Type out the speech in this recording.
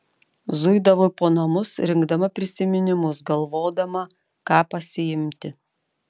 zuidavau po namus rinkdama prisiminimus galvodama ką pasiimti